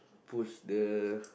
push the